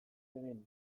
egin